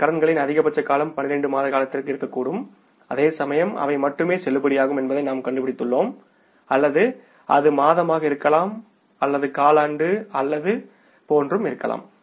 இந்த கடன்களின் அதிகபட்ச காலம் 12 மாத காலத்திற்கு இருக்கக்கூடும் அதேசமயம் அவை மட்டுமே செல்லுபடியாகும் என்பதை நாம் கண்டுபிடித்துள்ளோம் அல்லது அது மாதமாக இருக்கலாம் அல்லது காலண்டாக இருக்கலாம்